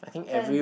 the